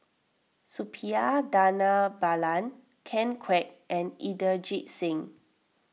Suppiah Dhanabalan Ken Kwek and Inderjit Singh